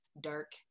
dark